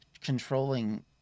controlling